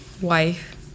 wife